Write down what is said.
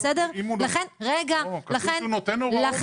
לכן בחוק